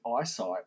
eyesight